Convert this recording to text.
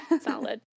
Solid